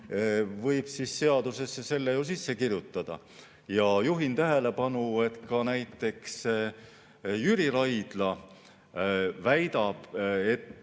võib seadusesse selle juba sisse kirjutada. Juhin tähelepanu, et ka näiteks Jüri Raidla väidab, et